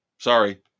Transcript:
Sorry